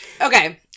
okay